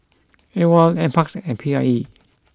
Awol Nparks and P I E